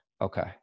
Okay